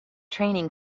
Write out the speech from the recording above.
training